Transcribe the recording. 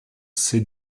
c’est